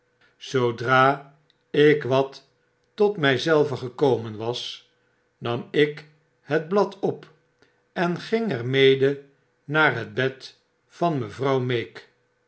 zoodra ik wat tot my zelven gekomen was nam ik het blad op en ging er mede naar het bed van mevrouw meek